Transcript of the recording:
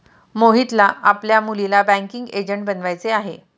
मोहितला आपल्या मुलीला बँकिंग एजंट बनवायचे आहे